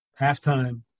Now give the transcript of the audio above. halftime